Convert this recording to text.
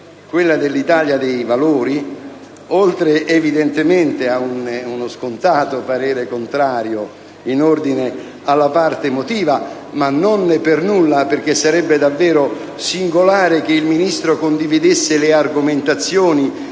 dell'Italia dei Valori, oltre evidentemente a uno scontato parere contrario in ordine alla parte motiva (perché sarebbe davvero singolare che il Ministro condividesse le argomentazioni